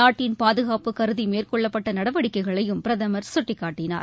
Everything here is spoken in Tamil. நாட்டின் பாதுகாப்பு கருதி மேற்கொள்ளப்பட்ட நடவடிக்கைகளையும் பிரதமர் கட்டிக்காட்டினார்